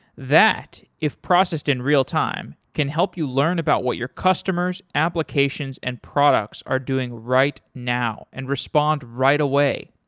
that, if processed in real-time can help you learn about what your customers, applications, and products are doing right now and respond right away.